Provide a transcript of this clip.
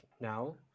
now